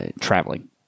traveling